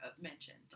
mentioned